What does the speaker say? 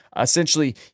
Essentially